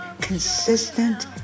consistent